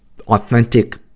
authentic